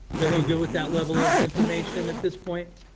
is everyone good with that level of information at this point?